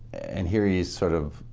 and here he is, sort of,